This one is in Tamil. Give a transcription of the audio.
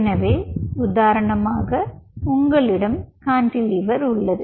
எனவே உதாரணமாக உங்களிடம் கான்டிலீவர் உள்ளது